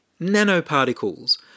Nanoparticles